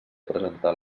presentar